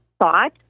thought